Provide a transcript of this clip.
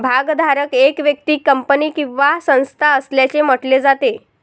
भागधारक एक व्यक्ती, कंपनी किंवा संस्था असल्याचे म्हटले जाते